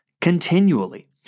continually